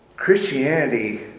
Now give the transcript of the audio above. Christianity